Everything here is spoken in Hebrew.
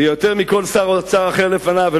ויותר מכל שר אוצר אחר לפניו.